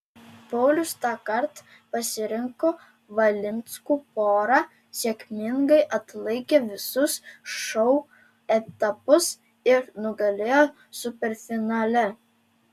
paulius tąkart pasirinko valinskų porą sėkmingai atlaikė visus šou etapus ir nugalėjo superfinale